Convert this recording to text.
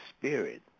spirit